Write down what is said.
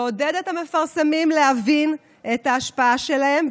לעודד את המפרסמים להבין את ההשפעה שלהם,